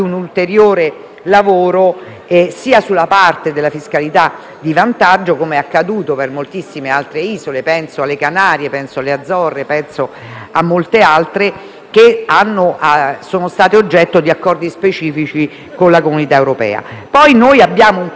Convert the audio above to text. sulla parte della fiscalità di vantaggio, così come è stato fatto per moltissime altre isole estere (penso alle Canarie, alle Azzorre e a molte altre), che sono state oggetto di accordi specifici con l'Unione europea. Poi abbiamo un problema più generale che riguarda